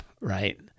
right